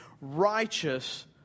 righteous